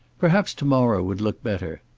perhaps to-morrow would look better.